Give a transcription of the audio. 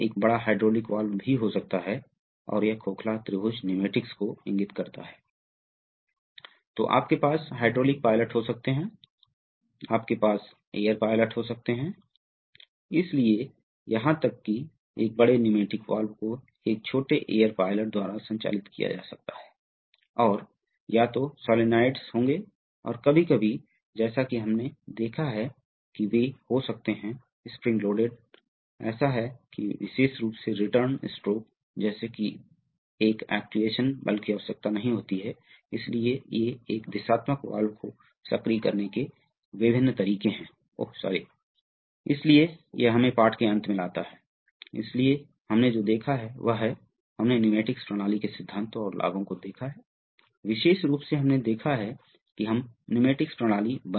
यदि आप spool dynamics देखते हैं तो यह बहुत सरल है स्पूल पर कार्यरत एक बल होता है जो कॉइल द्वारा बनाया जाता है यह एक निश्चित मात्रा में त्वरण बनाता है इसलिए यह त्वरण है यह वेग है इसलिए आपके पास घर्षण फीडबैक है और फिर यह फ़ाइनल स्पूल पोज़िशन है आपके पास दो प्रकार की फीडबैक है जो एक स्प्रिंग हो सकती है कभी कभी हमने देखा है कि हमारे पास सेंटरिंग स्प्रिंग्स जुड़े हुए हैं इसलिए आपके पास स्प्रिंग फोर्स है और आपके पास एक बर्नौली बल है जो कि हो रहा है जो वाल्व के माध्यम से बहने वाले तरल पदार्थ के कारण स्पूल पर एक बल होता है तब स्पूल पर कुछ बल कार्य करता है ये फीडबैक तत्वों के रूप में कार्य करती हैं यह स्पूल की गति बनाता है